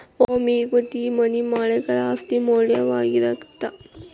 home equity money ಮಾಲೇಕರ ಆಸ್ತಿ ಮೌಲ್ಯವಾಗಿರತ್ತ